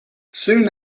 soon